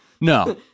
No